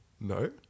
No